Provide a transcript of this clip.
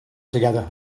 together